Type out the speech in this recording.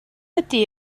ydy